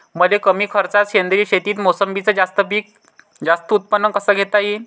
मले कमी खर्चात सेंद्रीय शेतीत मोसंबीचं जास्त उत्पन्न कस घेता येईन?